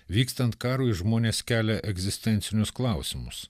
vykstant karui žmonės kelia egzistencinius klausimus